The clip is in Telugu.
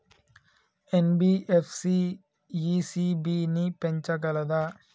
ఎన్.బి.ఎఫ్.సి ఇ.సి.బి ని పెంచగలదా?